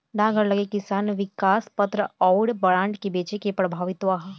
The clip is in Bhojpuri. डाकघर लगे किसान विकास पत्र अउर बांड के बेचे के प्रभुत्व बा